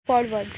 forward